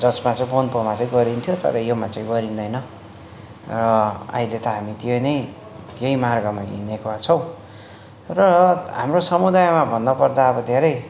जसमा चाहिँ बोन्पोमा चाहिँ गरिन्थ्यो तर योमा चाहिँ गरिँदैन र अहिले त हामी त्यो नै त्यही मार्गमा हिँडेका छौँ र हाम्रो समुदायमा भन्नपर्दा अब धेरै